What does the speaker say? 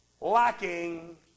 lacking